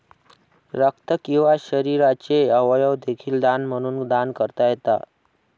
रक्त किंवा शरीराचे अवयव देखील दान म्हणून दान करता येतात